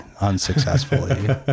unsuccessfully